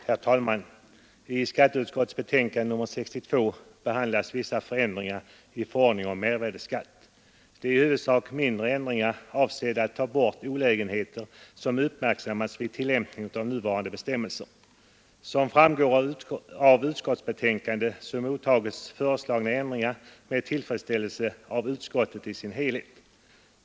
Herr talman! I skatteutskottets betänkande nr 62 behandlas vissa förändringar i förordningen om mervärdeskatt. Det är i huvudsak mindre ändringar avsedda att ta bort olägenheter som uppmärksammats vid tillämpningen av nuvarande bestämmelser. Som framgår av utskottsbetänkandet mottages föreslagna ändringar med tillfredsställelse av utskottet i sin helhet.